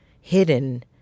hidden